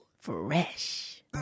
fresh